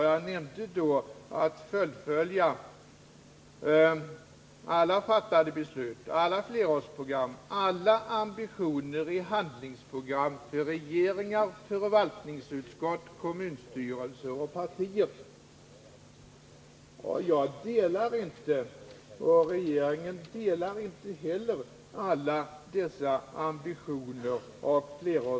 Jag nämnde då fullföljandet av alla fattade beslut, alla flerårsprogram, alla ambitioner i handlingsprogram för regeringar, förvaltningsutskott, kommunstyrelser och partier. Jag delar inte — det gör inte heller regeringen — alla dessa ambitioner och flerårsprogram.